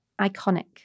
iconic